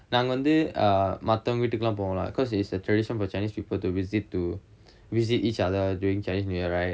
நாங்க வந்து:nanga vanthu err மத்தவங்க வீட்டுக்கெல்லாம் போவம்:mathavanga veettukkellam povam lah cause it's a tradition for chinese people to visit to visit each other during chinese new year right